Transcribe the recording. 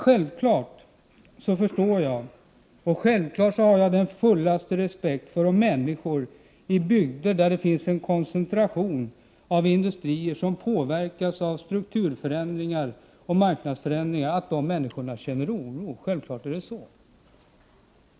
Självfallet förstår jag och jag har den fullaste respekt för att människor i bygder där det finns en koncentration av industrier som påverkas av strukturförändringar och marknadsförändringar känner oro. Naturligtvis gör de det.